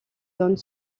donnent